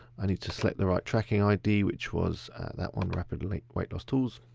i need to select the right tracking id which was that one, rapidweightlosstools.